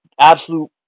absolute